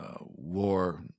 war